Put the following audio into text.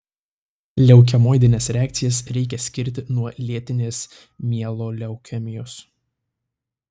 leukemoidines reakcijas reikia skirti nuo lėtinės mieloleukemijos